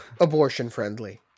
Abortion-friendly